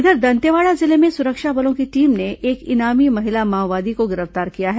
इधर दंतेवाड़ा जिले में सुरक्षा बलों की टीम ने एक इनामी महिला माओवादी को गिरफ्तार किया है